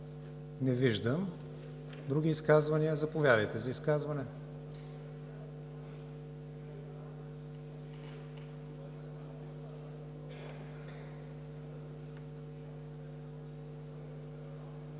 Не виждам. Други изказвания? Заповядайте за изказване.